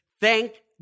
thank